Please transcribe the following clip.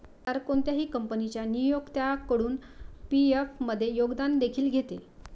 सरकार कोणत्याही कंपनीच्या नियोक्त्याकडून पी.एफ मध्ये योगदान देखील घेते